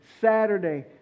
Saturday